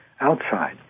outside